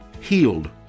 healed